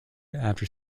after